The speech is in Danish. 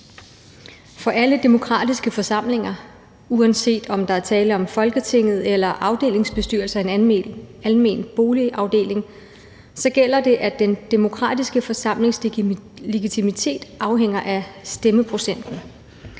For alle demokratiske forsamlinger, uanset om der er tale om Folketinget eller afdelingsbestyrelser i en almen boligafdeling, gælder det, at den demokratiske forsamlings legitimitet afhænger af stemmeprocenten,